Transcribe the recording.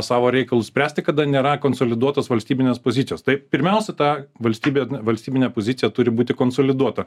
savo reikalus spręsti kada nėra konsoliduotos valstybinės pozicijos tai pirmiausia ta valstybė valstybinė pozicija turi būti konsoliduota